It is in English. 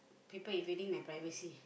people invading my privacy